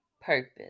purpose